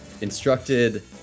instructed